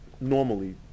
normally